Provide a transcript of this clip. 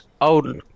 old